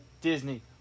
Disney